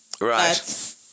Right